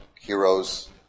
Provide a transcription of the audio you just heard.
heroes